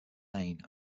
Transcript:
maine